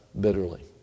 bitterly